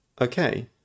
Okay